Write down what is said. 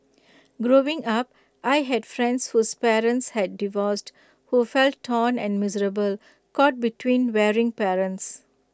growing up I had friends whose parents had divorced who felt torn and miserable caught between warring parents